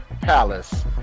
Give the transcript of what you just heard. Palace